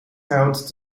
held